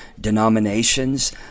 denominations